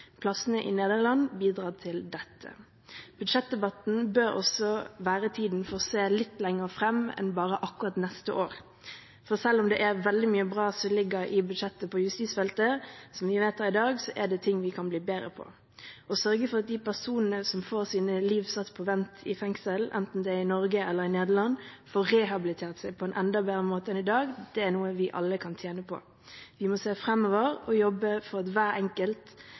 Plassene i Nederland bidrar til dette. Budsjettdebatten bør også være tiden for å se litt lenger fram enn bare akkurat neste år, for selv om det er veldig mye bra som ligger på justisfeltet i budsjettet som vi vedtar i dag, er det ting vi kan bli bedre på. Å sørge for at de personene som får sine liv satt på vent i fengsel, enten det er i Norge eller i Nederland, får rehabilitert seg på en enda bedre måte enn i dag, er noe vi alle kan tjene på. Vi må se framover og jobbe for at hver enkelt